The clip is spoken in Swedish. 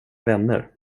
vänner